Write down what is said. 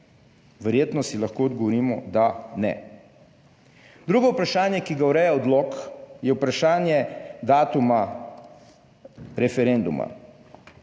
Verjetno si lahko odgovorimo, da ne. Drugo vprašanje, ki ga ureja odlok, je vprašanje datuma referenduma.